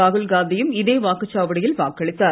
ராகுல் காந்தி யும் இதே வாக்குச் சாவடியில் வாக்களித்தார்